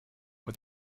with